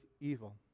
evil